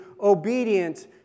obedient